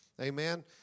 Amen